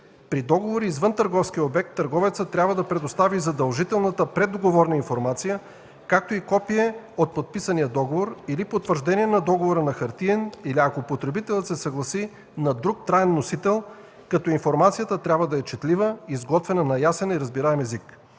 При договори извън търговския обект, търговецът трябва да предостави задължителната преддоговорна информация, както и копие от подписания договор или потвърждение на договора на хартиен, или ако потребителят се съгласи на друг траен носител, като информацията трябва да е четлива, изготвена на ясен и разбираем език.